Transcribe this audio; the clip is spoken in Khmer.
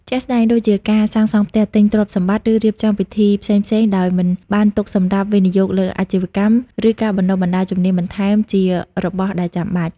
ជាក់ស្ដែងដូចជាការសាងសង់់ផ្ទះ ទិញទ្រព្យសម្បត្តិ ឬរៀបចំពិធីផ្សេងៗដោយមិនបានទុកសម្រាប់វិនិយោគលើអាជីវកម្ម ឬការបណ្តុះបណ្តាលជំនាញបន្ថែម ជារបស់ដែលចាំបាច់។